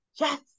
Yes